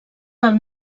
del